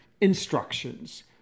instructions